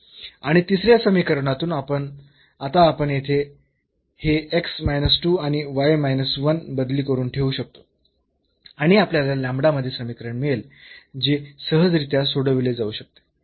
आणि तिसऱ्या समीकरणातून आता आपण येथे हे आणि बदली करून ठेवू शकतो आणि आपल्याला मध्ये समीकरण मिळेल जे सहजरित्या सोडविले जाऊ शकते